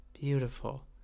beautiful